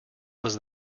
was